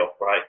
right